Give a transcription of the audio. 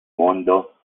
mondo